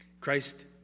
Christ